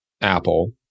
Apple